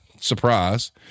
surprise